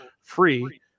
free